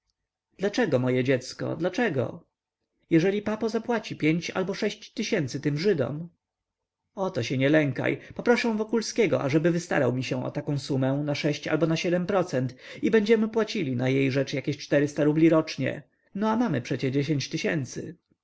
dlaczego moje dziecko dlaczego jeżeli papo zapłaci pięć albo sześć tysięcy tym żydom oto się nięnie lękaj poproszę wokulskiego ażeby wystarał mi się o taką sumę na sześć albo na siedem procent i będziemy płacili na jej rzecz jakieś czterysta rubli rocznie no a mamy przecie dziesięć tysięcy